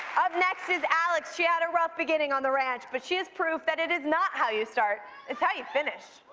up next is alex. she had a rough beginning on the ranch but she has proved that it is not how you start it's how you finish.